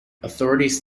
authorities